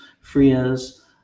FRIAs